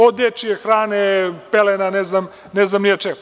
Od dečije hrane, pelena, ne znam ni ja čega.